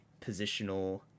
positional